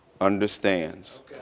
understands